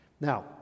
Now